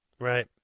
Right